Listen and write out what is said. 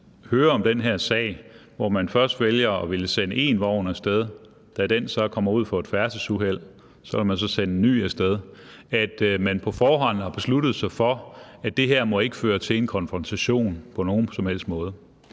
hører om den her sag – hvor de først vælger at ville sende én vogn af sted, men da den så kommer ud for et færdselsuheld, vil de så sende en ny vogn af sted – at de på forhånd har besluttet sig for, at det her ikke må føre til en konfrontation på nogen som helst måde.